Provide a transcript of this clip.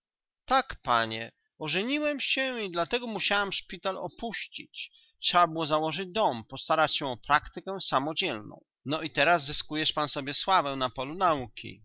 tak panie ożeniłem się i dlatego musiałem szpital opuścić trzeba było założyć dom postarać się o praktykę samodzielną no i teraz zyskujesz pan sobie sławę na polu nauki